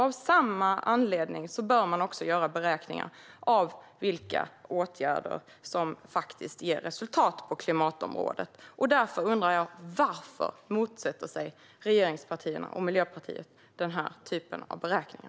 Av samma anledning bör man också göra beräkningar av vilka åtgärder som faktiskt ger resultat på klimatområdet. Därför undrar jag: Varför motsätter sig regeringspartierna den här typen av beräkningar?